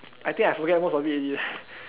I think I forget most of it already leh